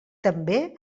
també